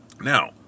Now